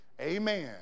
amen